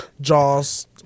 Jaws